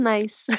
Nice